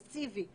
מסיבי,